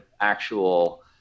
actual